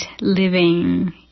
living